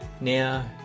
now